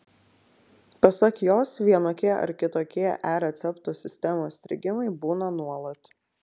pasak jos vienokie ar kitokie e recepto sistemos strigimai būna nuolat